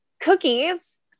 cookies